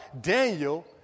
Daniel